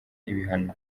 ibihano